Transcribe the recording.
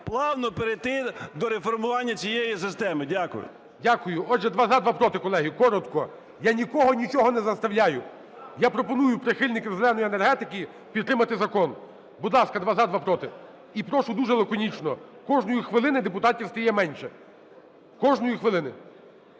плавно перейти до реформування цієї системи. Дякую. ГОЛОВУЮЧИЙ. Дякую. Отже, два – за, два – проти, колеги, коротко. Я нікого нічого не заставляю. Я пропоную прихильників "зеленої" енергетики підтримати закон. Будь ласка, два – за, два – проти. І прошу дуже лаконічно. Кожної хвилини депутатів стає менше. Кожної хвилини.